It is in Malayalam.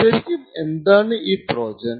ശരിക്കും എന്താണ് ഈ ട്രോജൻ